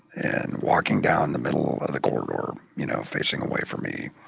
and walking down the middle of the corridor, you know, facing away from me,